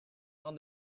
and